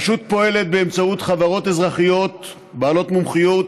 הרשות פועלת באמצעות חברות אזרחיות בעלות מומחיות